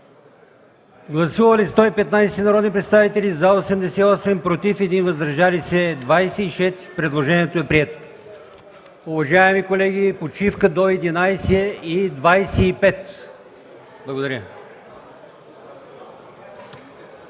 Гласували 115 народни представители: за 88, против 1, въздържали се 26. Предложението е прието. Уважаеми колеги, почивка до 11,25 ч. Благодаря.